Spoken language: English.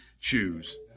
choose